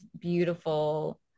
beautiful